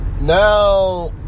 Now